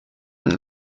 und